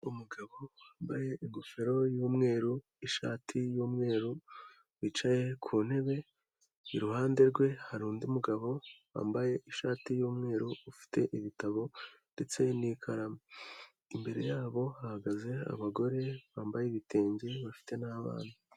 Umugabo wambaye ingofero y'umweru, ishati y'umweru wicaye ku ntebe, iruhande rwe hari undi mugabo wambaye ishati y'umweru, ufite ibitabo ndetse n'ikaramu. Imbere yabo hahagaze abagore bambaye ibitenge bafite n'abana.